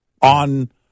on